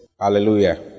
Hallelujah